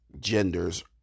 genders